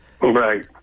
Right